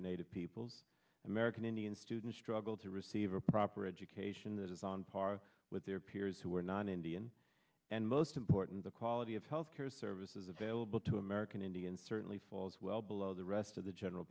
for native peoples american indian students struggle to receive a proper education that is on par with their peers who are non indian and most important the quality of healthcare services available to american indians certainly falls well below the rest of the general